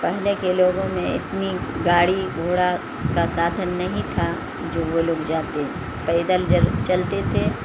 پہلے کے لوگوں میں اتنی گاڑی گھوڑا کا سادھن نہیں تھا جو وہ لوگ جاتے پیدل جل چلتے تھے